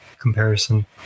comparison